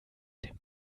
dem